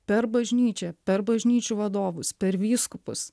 per bažnyčią per bažnyčių vadovus per vyskupus